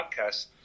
podcast